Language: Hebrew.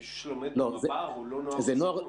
מי שלומד במב"ר הוא לא נוער בסיכון.